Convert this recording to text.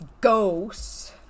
ghosts